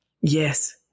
yes